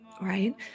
right